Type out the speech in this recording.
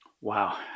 Wow